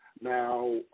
Now